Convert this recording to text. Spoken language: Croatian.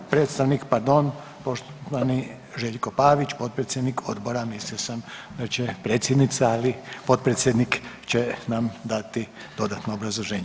Predstavnik pardon, poštovani Željko Pavić potpredsjednik odbora, mislio sam da će predsjednica ali potpredsjednik će nam dati dodatno obrazloženje.